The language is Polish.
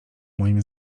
moim